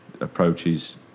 approaches